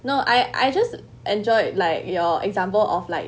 no I I just enjoy like your example of like